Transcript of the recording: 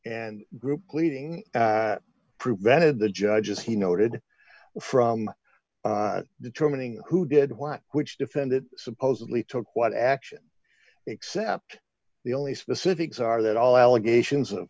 and group pleading prevented the judges he noted from determining who did what which defendant supposedly took what action except the only specifics are that all allegations of